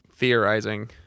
theorizing